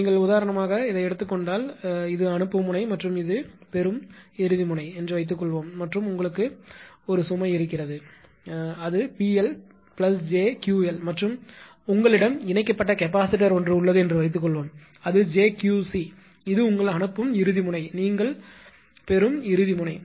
நீங்கள் உதாரணமாக எடுத்துக் கொண்டால் இது அனுப்பும் முனை மற்றும் இறுதி முனை என்று வைத்துக்கொள்வோம் மற்றும் உங்களுக்கு ஒரு சுமை இருக்கிறது என்று வைத்துக்கொள்வோம் அது 𝑃𝐿 𝑗𝑄𝐿 மற்றும் உங்களிடம் இணைக்கப்பட்ட கெபாசிட்டார் உள்ளது என்று வைத்துக்கொள்வோம் அது 𝑗𝑄𝐶 இது உங்கள் அனுப்பும் இறுதி முனை இது நீங்கள் பெறும் இறுதி முனை